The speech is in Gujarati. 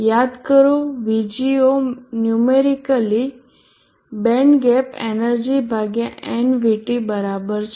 યાદ કરો VGO numerically band gap energy ભાગ્યા nVT બરાબર છે